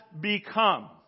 become